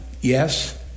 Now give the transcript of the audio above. Yes